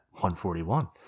141